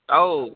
ଆଊ